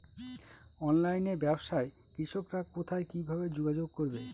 অনলাইনে ব্যবসায় কৃষকরা কোথায় কিভাবে যোগাযোগ করবে?